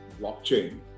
blockchain